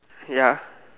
ya